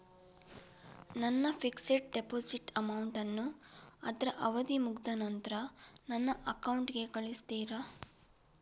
ನನ್ನ fixed deposit amount ಅನ್ನು ಅದ್ರ ಅವಧಿ ಮುಗ್ದ ನಂತ್ರ ನನ್ನ ಅಕೌಂಟ್ ಗೆ ಕಳಿಸ್ತೀರಾ?